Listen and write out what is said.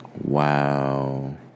Wow